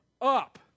up